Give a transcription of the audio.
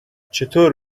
چطور